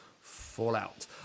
Fallout